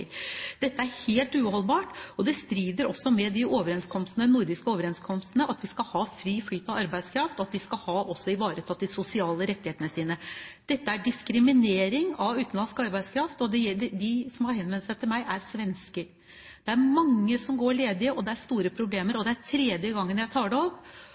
Dette er helt uholdbart, og det strider også mot de nordiske overenskomstene om at vi skal ha fri flyt av arbeidskraft, og at vi også skal ivareta deres sosiale rettigheter. Dette er diskriminering av utenlandsk arbeidskraft – de som har henvendt seg til meg, er svenske. Det er mange som går ledig, og det er store problemer. Dette er tredje gangen jeg tar det opp,